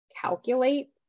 calculate